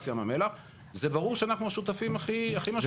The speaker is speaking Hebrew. ים המלח זה ברור שאנחנו השותפים הכי משמעותיים.